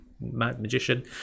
magician